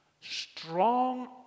Strong